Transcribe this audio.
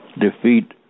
defeat